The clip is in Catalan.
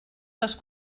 les